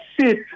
sit